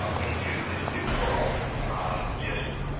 um into this new world just